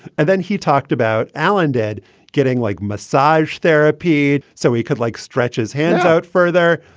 and then he talked about allen dead getting like massage therapy so he could, like, stretch his hands out further.